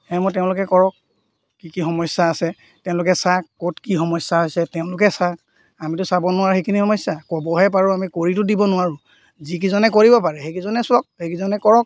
সেই মতে তেওঁলোকে কৰক কি কি সমস্যা আছে তেওঁলোকে চাওক ক'ত কি সমস্যা হৈছে তেওঁলোকে চাওক আমিতো চাব নোৱাৰোঁ সেইখিনি সমস্যা ক'বহে পাৰোঁ আমি কৰিতো দিব নোৱাৰোঁ যিকিজনে কৰিব পাৰে সেইকিজনে চাওক সেইকিজনে কৰক